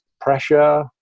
pressure